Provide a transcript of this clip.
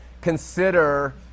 consider